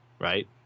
right